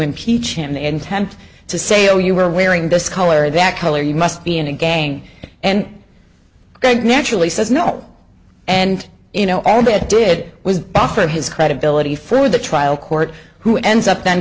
impeach him the intent to say oh you were wearing those color that color you must be in a gang and thank naturally says no and you know all that did was offer his credibility for the trial court who ends up then